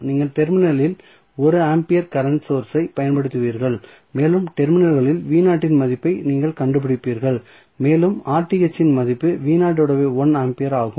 நீங்கள் டெர்மினலில் 1 ampere current source ஐ பயன்படுத்துவீர்கள் மேலும் டெர்மினல்களில் இன் மதிப்பை நீங்கள் கண்டுபிடிப்பீர்கள் மேலும் இன் மதிப்பு ஆம்பியர் ஆகும்